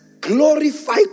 glorify